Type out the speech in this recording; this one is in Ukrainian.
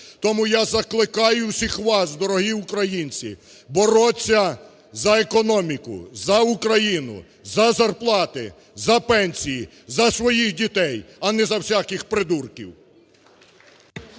Тому я закликаю всіх вас, дорогі українці, боротися за економіку, за Україну, за зарплати, за пенсії, за своїх дітей, а не за всяких придурків.